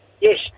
Yes